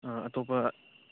ꯑꯥ ꯑꯇꯣꯞꯄ